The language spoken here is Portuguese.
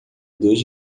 dois